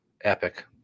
epic